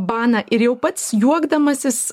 baną ir jau pats juokdamasis